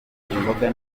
imboga